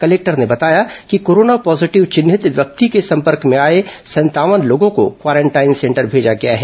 collector ने बताया कि कोरोना पॉजीटिव चिन्हित व्यक्ति के संपर्क में आए संतावन लोगों को क्वारेंटाइन सेंटर भेजा गया है